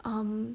um